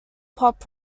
pop